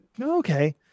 Okay